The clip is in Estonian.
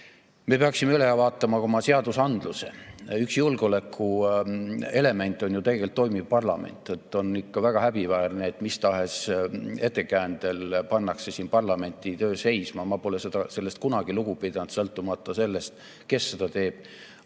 Me peaksime üle vaatama ka oma seadusandluse. Üks julgeolekuelemente on ju tegelikult toimiv parlament. On ikka väga häbiväärne, et mis tahes ettekäändel pannakse siin parlamendi töö seisma. Ma pole sellest kunagi lugu pidanud, sõltumata sellest, kes seda teeb.